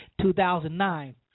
2009